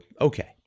okay